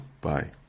Bye